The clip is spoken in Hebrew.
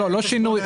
לא שינוי.